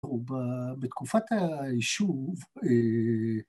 ‫ובתקופת היישוב...